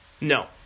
No